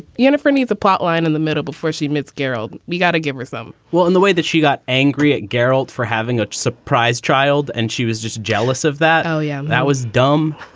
unifor needs a plotline in the middle before she admits. gerald. we got a game with them well, in the way that she got angry at garralda for having a surprise child. and she was just jealous of that allium. that was dumb.